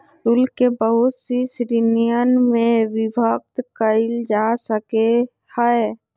शुल्क के बहुत सी श्रीणिय में विभक्त कइल जा सकले है